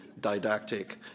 didactic